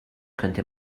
könnte